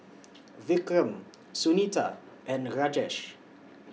Vikram Sunita and Rajesh